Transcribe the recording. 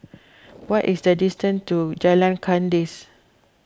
what is the distance to Jalan Kandis